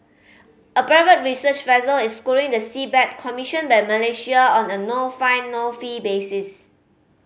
a private research vessel is scouring the seabed commissioned by Malaysia on a no find no fee basis